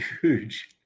huge